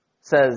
says